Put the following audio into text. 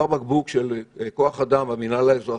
בקבוק של כוח אדם של המינהל האזרחי,